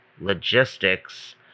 logistics